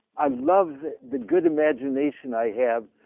i love the good imagination i have,